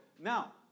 Now